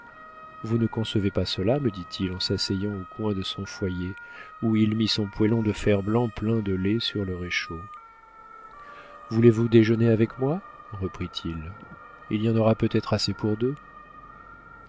vous ne concevez pas cela me dit-il en s'asseyant au coin de son foyer où il mit son poêlon de fer-blanc plein de lait sur le réchaud voulez-vous déjeuner avec moi reprit-il il y en aura peut-être assez pour deux